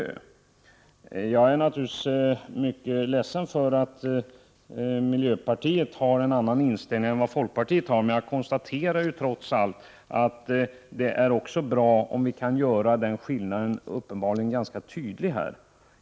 Jag är naturligtvis mycket ledsen för att miljöpartiet har en annan inställning än vad folkpartiet har, men trots allt konstaterar jag att det också är bra om vi kan göra den skillnaden uppenbar. Herr talman!